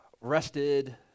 rested